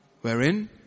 wherein